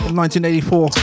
1984